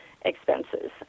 expenses